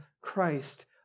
Christ